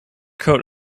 coat